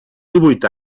díhuit